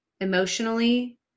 emotionally